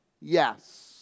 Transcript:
yes